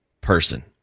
person